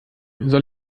soll